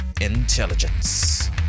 intelligence